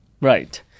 Right